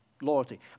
loyalty